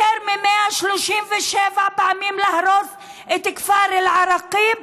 יותר מ-137 פעמים להרוס את הכפר אל-עראקיב,